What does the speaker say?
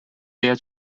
their